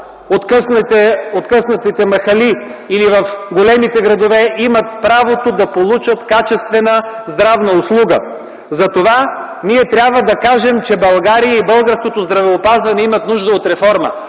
откъснатите махали, или в големите градове, имат правото да получат качествена здравна услуга. Затова ние трябва да кажем, че България и българското здравеопазване имат нужда от реформа.